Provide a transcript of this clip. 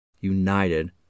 united